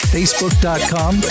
Facebook.com